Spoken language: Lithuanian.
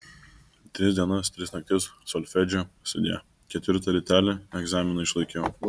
tris dienas tris naktis solfedžio sudie ketvirtą rytelį egzaminą išlaikiau